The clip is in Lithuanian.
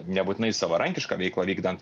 nebūtinai savarankišką veiklą vykdant